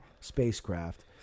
spacecraft